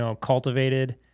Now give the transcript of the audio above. cultivated